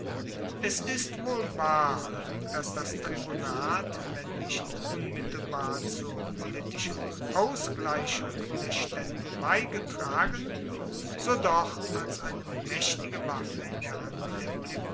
es ist wohl wahr dass das tribunat wenn nicht unmittelbar zur politischen ausgleichung der staende beigetragen so doch als eine maechtige waffe in der hand